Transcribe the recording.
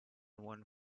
one